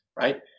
right